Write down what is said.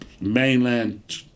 mainland